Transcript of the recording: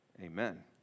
Amen